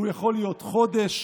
הוא יכול להיות חודש,